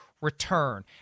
return